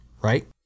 right